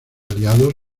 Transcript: aliados